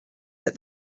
that